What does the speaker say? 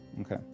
Okay